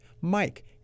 Mike